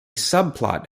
subplot